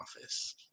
office